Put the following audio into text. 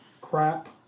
crap